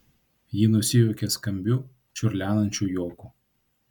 ji nusijuokė skambiu čiurlenančiu juoku